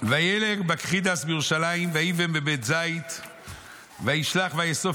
וילך בקחידס מירושלים ויחן בבית זית וישלח ויאסוף